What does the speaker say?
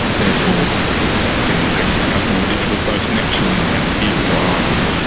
therefore getting pregnant becomes more difficult, both naturally and even by um yeah